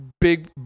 big